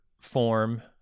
form